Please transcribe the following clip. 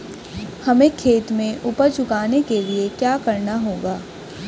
हमें खेत में उपज उगाने के लिये क्या करना होगा?